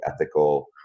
ethical